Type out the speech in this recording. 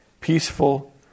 peaceful